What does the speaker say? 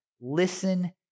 listen